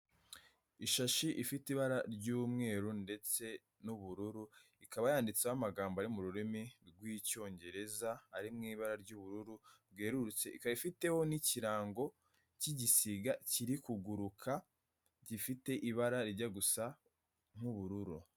Ishashi ifite ibara ry'umweru ndetse n'ubururu, ikaba yanditseho amagambo ari mu rurimi rw'icyongereza, ari mu ibara ry'ubururu bwerurutse, ikaba ifiteho n'ikirango cy'igisiga, kiri kuguruka gifite ibara rijya gusa nk'ubururu.